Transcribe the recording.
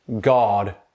God